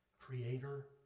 creator